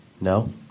No